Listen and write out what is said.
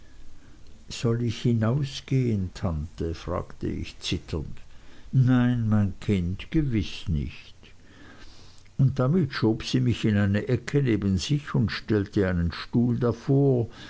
soll ich hinausgehen tante fragte ich zitternd nein mein kind gewiß nicht und damit schob sie mich in eine ecke neben sich und stellte einen stuhl vor